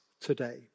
today